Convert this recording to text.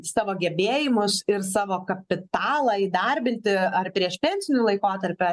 savo gebėjimus ir savo kapitalą įdarbinti ar prieš pensiniu laikotarpiu